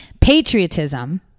patriotism